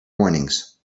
warnings